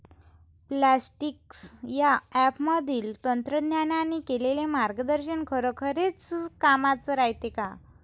Plantix या ॲपमधील तज्ज्ञांनी केलेली मार्गदर्शन खरोखरीच कामाचं रायते का?